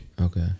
Okay